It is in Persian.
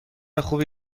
خوبی